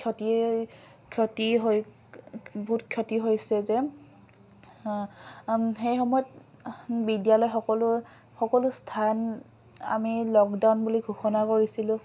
ক্ষতি ক্ষতি হৈ বহুত ক্ষতি হৈছে যে সেই সময়ত বিদ্যালয় সকলো সকলো স্থান আমি লকডাউন বুলি ঘোষণা কৰিছিলোঁ